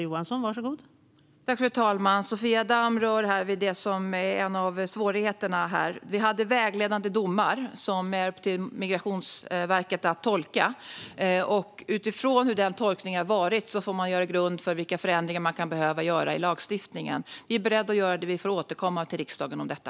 Fru talman! Sofia Damm berör här en av svårigheterna i detta sammanhang. Vi har haft vägledande domar som det varit upp till Migrationsverket att tolka. Utifrån hur denna tolkning har gjorts får man en grund för vilka förändringar som kan behöva göras i lagstiftningen. Vi är beredda att göra det, och vi får återkomma till riksdagen om detta.